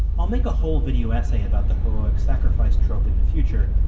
i'll make a whole video essay about the heroic sacrifice trope in the future.